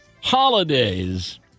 Holidays